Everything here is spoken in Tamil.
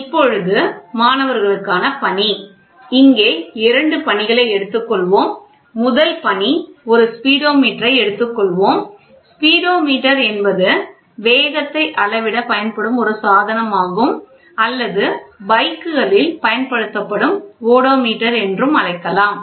இப்பொழுது மாணவர்களுக்கான பணி இங்கே இரண்டு பணிகளை எடுத்துக்கொள்வோம் முதல் பணி ஒரு ஸ்பீடோமீட்டரை எடுத்துக்கொள்வோம் ஸ்பீடோமீட்டர் என்பது வேகத்தை அளவிட பயன்படும் ஒரு சாதனமாகும் அல்லது பைக்குகளில் பயன்படுத்தப்படும் ஓடோமீட்டர் என்று அழைக்கலாம்